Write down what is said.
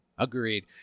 agreed